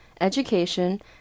education